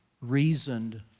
reasoned